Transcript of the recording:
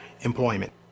employment